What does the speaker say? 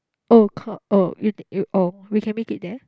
oh oh oh we can make it there